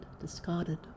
discarded